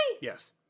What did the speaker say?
Yes